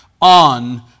on